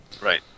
right